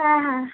হ্যাঁ হ্যাঁ